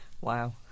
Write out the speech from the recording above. Wow